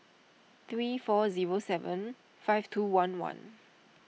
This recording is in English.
three four zero seven five two one one